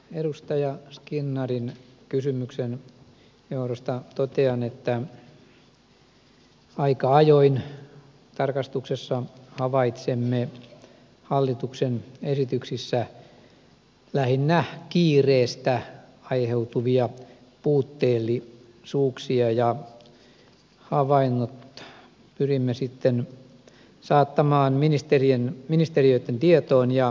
edustaja skinnarin kysymyksen johdosta totean että aika ajoin tarkastuksessa havaitsemme hallituksen esityksissä lähinnä kiireestä aiheutuvia puutteellisuuksia ja havainnot pyrimme sitten saattamaan ministeriöitten tietoon ja korjattavaksi